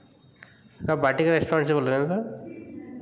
sir Vatika restaurant से बोल रहे हो सर